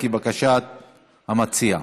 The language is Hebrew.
כבקשת המציע.